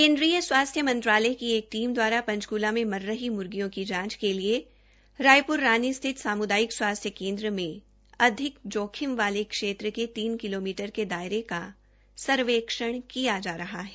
केन्द्रीय स्वास्थ्य मंत्रालय की एक टीम दवारा पंचकूला में मर रही मूर्गियों की जांच के लिए रायप्र रानी स्थित सामुदायिक स्वास्थ्य केन्द्र में अधिक जोखिम वाले क्षेत्र ेक तीन किलोमीटर के दायरे का सर्वेक्षण किया जा रहा है